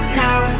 now